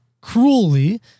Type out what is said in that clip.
cruelly